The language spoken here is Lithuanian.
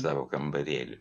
savo kambarėlį